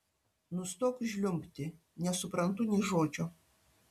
nustok žliumbti nesuprantu nė žodžio